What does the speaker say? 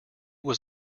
was